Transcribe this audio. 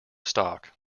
stock